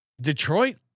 Detroit